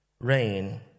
rain